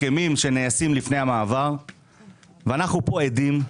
הסכמים שנעשים לפני המעבר ואנחנו כאן עדים,